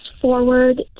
forward